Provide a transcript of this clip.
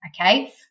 okay